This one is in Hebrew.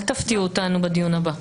אל תפתיעו אותנו בדיון הבא.